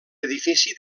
edifici